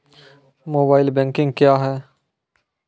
Mobile banking क्या हैं?